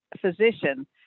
physician